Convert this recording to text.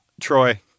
Troy